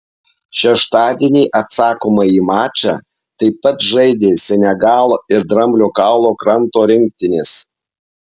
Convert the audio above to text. šeštadienį atsakomąjį mačą taip pat žaidė senegalo ir dramblio kaulo kranto rinktinės